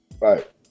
Right